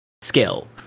skill